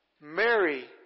Mary